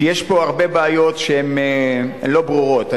ושיש פה הרבה בעיות שלא ברורות.